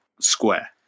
square